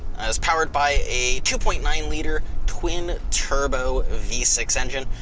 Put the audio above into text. is powered by a two point nine liter twin turbo v six engine,